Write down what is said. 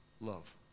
love